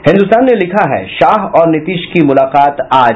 हिन्दुस्तान ने लिखा है शाह और नीतीश की मुलाकात आज